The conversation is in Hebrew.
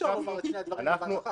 אי-אפשר לטעון את שני הדברים בבת אחת.